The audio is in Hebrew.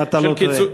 של קיצוץ,